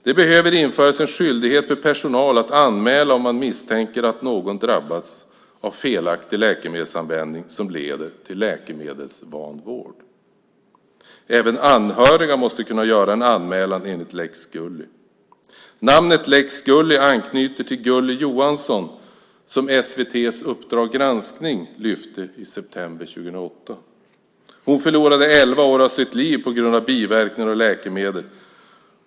Det behöver införas en skyldighet för personal att anmäla om man misstänker att någon drabbats av felaktig läkemedelsanvändning som leder till läkemedelsvanvård. Även anhöriga måste kunna göra en anmälan enligt lex Gulli. Namnet lex Gulli anknyter till Gulli Johansson som SVT:s Uppdrag granskning lyfte upp i september 2008. Hon förlorade elva år av sitt liv på grund av biverkningar av läkemedel.